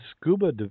scuba